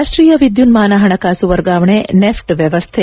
ರಾಷ್ಟೀಯ ವಿದ್ಯುನ್ನಾನ ಹಣಕಾಸು ವರ್ಗಾವಣೆ ನೆಫ್ಟ್ ವ್ವವಸ್ಥೆ